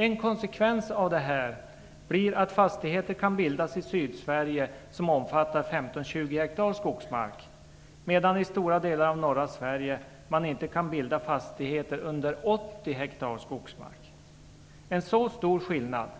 En konsekvens av detta blir att fastigheter kan bildas i Sydsverige som omfattar 15-20 hektar skogsmark, medan det i stora delar av norra Sverige inte går att bilda fastigheter under 80 hektar skogsmark! Det kan inte ha varit